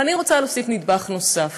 ואני רוצה להוסיף נדבך נוסף,